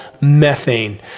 methane